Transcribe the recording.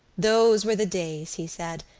those were the days, he said,